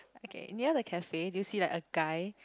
okay near the cafe do you see like a guy